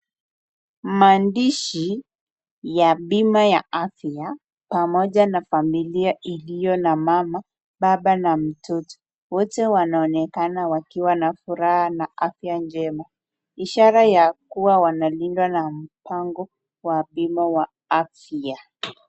Maandishi ya bima ya afya pamoja na familia iliyona mama, baba na mtoto. Wote wanaonekana wakiwa na furaha na afya njema. Ishara ya kua wanalindwa na mpango wa bima wa afya.